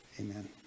amen